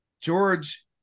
George